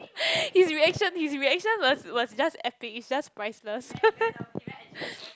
his reaction his reaction was was just epic it's just priceless